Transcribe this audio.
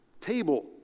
table